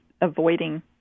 avoiding